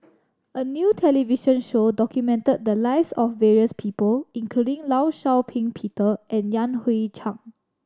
a new television show documented the lives of various people including Law Shau Ping Peter and Yan Hui Chang